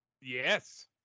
yes